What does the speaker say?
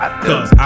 Cause